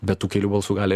bet tų kelių balsų gali